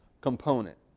component